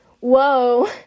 Whoa